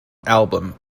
album